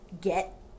get